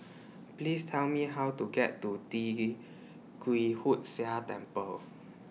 Please Tell Me How to get to Tee Kwee Hood Sia Temple